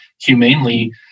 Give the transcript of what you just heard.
humanely